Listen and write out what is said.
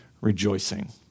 rejoicing